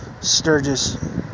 Sturgis